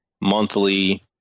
monthly